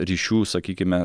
ryšių sakykime